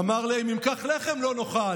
אמר לכם: אם כך, לחם לא נאכל,